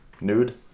Nude